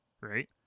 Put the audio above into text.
right